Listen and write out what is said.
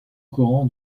coran